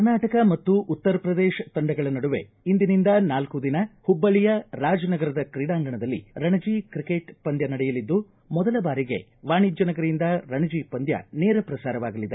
ಕರ್ನಾಟಕ ಮತ್ತು ಉತ್ತರ ಪ್ರದೇಶ ತಂಡಗಳ ನಡುವೆ ಇಂದಿನಿಂದ ನಾಲ್ಕು ದಿನ ಹುಬ್ಬಳ್ಳಿಯ ರಾಜನಗರದ ತ್ರೀಡಾಂಗಣದಲ್ಲಿ ರಣಜಿ ಕ್ರಿಕೆಟ್ ಪಂದ್ಯ ನಡೆಯಲಿದ್ದು ಮೊದಲ ಬಾರಿಗೆ ವಾಣಿಜ್ಯ ನಗರಿಯಿಂದ ರಣಜಿ ಪಂದ್ಯ ನೇರ ಪ್ರಸಾರವಾಗಲಿದೆ